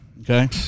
okay